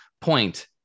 point